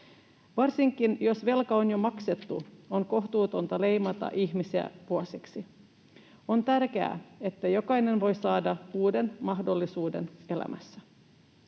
Varsinkin, jos velka on jo maksettu, on kohtuutonta leimata ihmisiä vuosiksi. On tärkeää, että jokainen voi saada uuden mahdollisuuden elämässä.